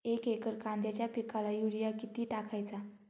एक एकर कांद्याच्या पिकाला युरिया किती टाकायचा?